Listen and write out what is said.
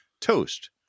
Toast